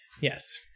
Yes